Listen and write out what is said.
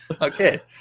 Okay